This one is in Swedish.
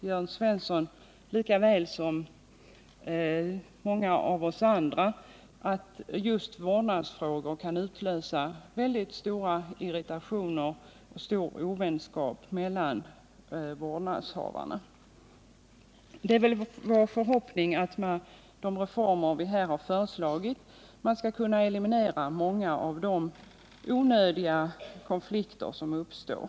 Jörn Svensson vet ju lika väl som många av oss andra att just vårdnadsfrågorna kan utlösa väldigt stor irritation och ovänskap mellan vårdnadshavarna. Det är vår förhoppning att de reformer vi här har föreslagit skall kunna eliminera många av de onödiga konflikter som nu uppstår.